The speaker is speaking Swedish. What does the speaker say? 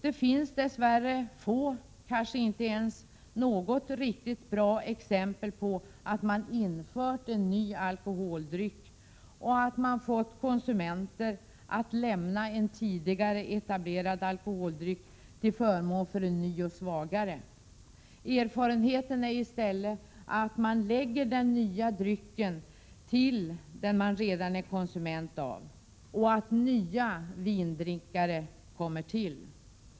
Det finns dess värre få, kanske inte ens något, riktigt bra exempel på att man när man infört en ny alkoholdryck har fått konsumenter att lämna en tidigare etablerad alkoholdryck till förmån för en ny och svagare. Erfarenheten är i stället att den nya drycken läggs till den man redan är konsument av och att flera vindrickare kommer till.